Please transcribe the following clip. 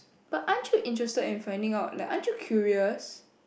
but aren't you interested in finding out like aren't you curious